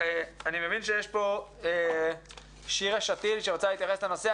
אני מבין שנמצאת שירה שתיל שרוצה להתייחס לנושא.